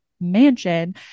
mansion